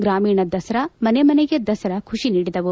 ಗ್ರಾಮೀಣ ದಸರಾಮನೆ ಮನೆಗೆ ದಸರಾ ಖುಷಿ ನೀಡಿದವು